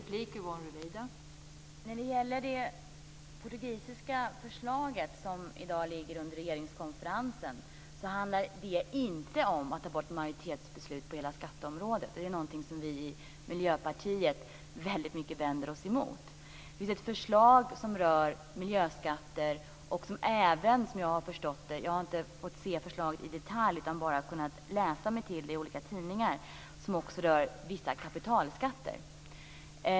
Fru talman! Det portugisiska förslag som i dag ligger under regeringskonferensen handlar inte om att ta bort majoritetsbesluten på hela skatteområdet. Det är något som vi i Miljöpartiet väldigt mycket vänder oss mot. Det finns ett förslag som rör miljöskatter och som, såvitt jag förstår - jag har inte fått se förslaget i detalj, utan jag har bara kunnat läsa mig till det i olika tidningar - också rör vissa kapitalskatter.